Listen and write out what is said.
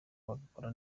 bagakora